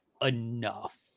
enough